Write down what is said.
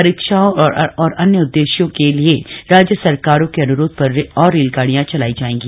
परिक्षाओं और अन्य उद्देश्यों के लिए राज्य सरकारों के अनुरोध पर और रेलगाडियां चलाई जाएंगी